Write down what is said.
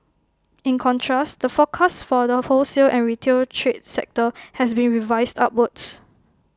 in contrast the forecast for the wholesale and retail trade sector has been revised upwards